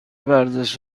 ورزش